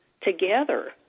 together